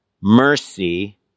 mercy